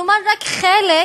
כלומר רק חלק,